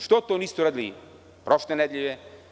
Što to niste uradili prošle nedelje?